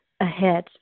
ahead